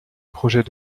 projet